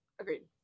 Agreed